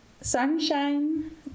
sunshine